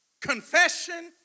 confession